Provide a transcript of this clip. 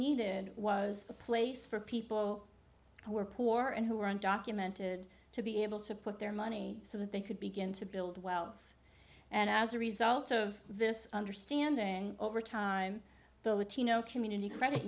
needed was a place for people who were poor and who were undocumented to be able to put their money so that they could begin to build wealth and as a result of this understanding over time the latino community credit